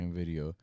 video